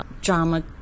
drama